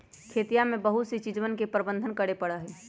खेतिया में बहुत सी चीजवन के प्रबंधन करे पड़ा हई